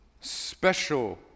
special